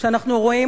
שליטה שאנחנו חווים